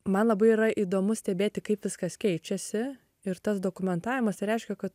man labai yra įdomu stebėti kaip viskas keičiasi ir tas dokumentavimas reiškia kad